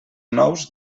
nous